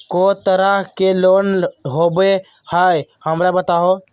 को तरह के लोन होवे हय, हमरा बताबो?